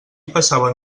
passaven